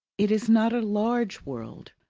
it is not a large world.